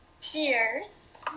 cheers